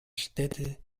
städte